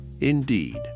indeed